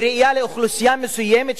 מראייה של אוכלוסייה מסוימת,